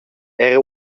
era